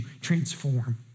transform